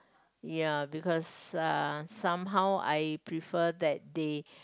yeah because uh somehow I prefer that they